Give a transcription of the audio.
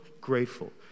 grateful